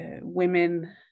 women